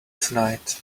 tonight